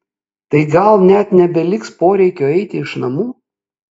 tai gal net nebeliks poreikio eiti iš namų